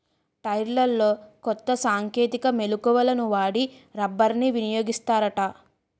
టైర్లలో కొత్త సాంకేతిక మెలకువలను వాడి రబ్బర్ని వినియోగిస్తారట